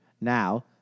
Now